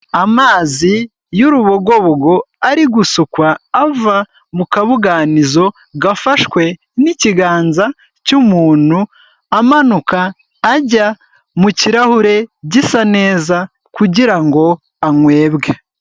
Amazi y'urubogobogo ari gusukwa, ava mu kabuganizo gafashwe n'ikiganza cy'umuntu, amanuka ajya mu kirahure gisa neza, kugira ngo anywebwe.